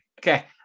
Okay